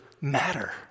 matter